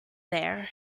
there